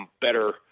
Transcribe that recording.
better